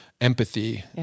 empathy